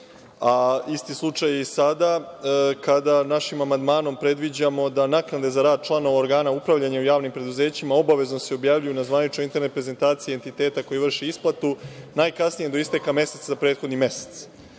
i je i sada kada našim amandmanom predviđamo da naknade za rad članova organa upravljanja u javnim preduzećima obavezno se objavljuju na zvaničnoj internet prezentaciji entiteta koji vrši isplatu najkasnije do isteka meseca za prethodni mesec.U